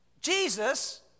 Jesus